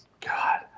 god